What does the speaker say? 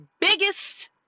biggest